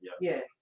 Yes